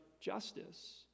justice